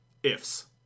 ifs